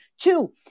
Two